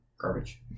garbage